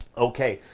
okay,